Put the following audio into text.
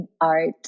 art